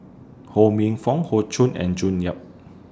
Ho Minfong Hoey Choo and June Yap